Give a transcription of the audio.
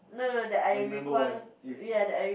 oh you remember one you